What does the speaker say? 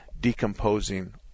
decomposing